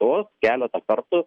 keletą kartų